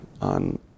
on